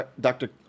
dr